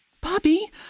Bobby